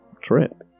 trip